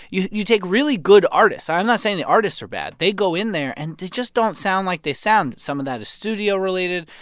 you you take really good artists. i'm not saying the artists are bad. they go in there, and they just don't sound like they sound. some of that is studio-related.